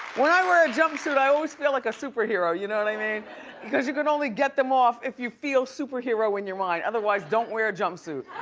when i wear a jumpsuit, i always feel like a superhero, you know what i mean? because you can only get them off if you feel superhero in your mind. otherwise don't wear a jumpsuit.